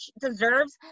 deserves